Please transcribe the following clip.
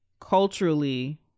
culturally